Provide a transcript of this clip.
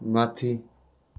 माथि